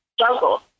struggle